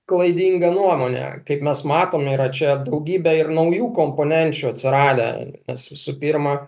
klaidinga nuomonė kaip mes matom yra čia daugybė ir naujų komponenčių atsiradę nes visų pirma